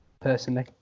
personally